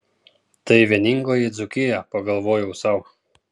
tai vieningoji dzūkija pagalvojau sau